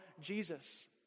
Jesus